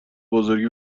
بزرگی